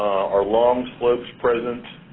are long slopes present?